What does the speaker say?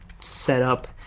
setup